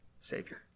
Savior